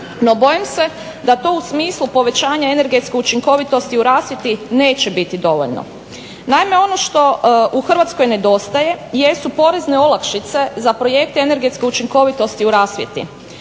No bojim se da to u smislu povećanja energetske učinkovitosti u rasvjeti neće biti dovoljno. Naime, ono što u Hrvatskoj nedostaje jesu porezne olakšice za projekte energetske učinkovitosti u rasvjeti.